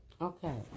Okay